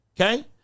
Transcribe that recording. Okay